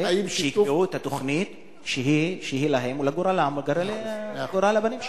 שיקבעו את התוכנית שהיא להם ולגורלם ולגורל הבנים שלהם.